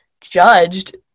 judged